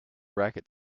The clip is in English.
racket